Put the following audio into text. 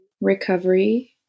recovery